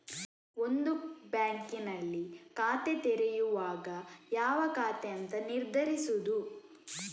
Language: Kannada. ಒಂದು ಬ್ಯಾಂಕಿನಲ್ಲಿ ಖಾತೆ ತೆರೆಯುವಾಗ ಯಾವ ಖಾತೆ ಅಂತ ನಿರ್ಧರಿಸುದು